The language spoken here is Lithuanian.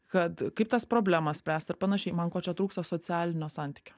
kad kaip tas problemas spręst ar panašiai man ko čia trūksta socialinio santykio